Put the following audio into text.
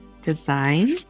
Design